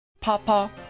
Papa